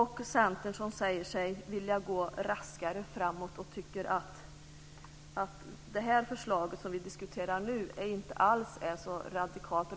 Centern säger sig vilja gå raskare framåt och tycker att det förslag som vi nu diskuterar inte alls är så radikalt.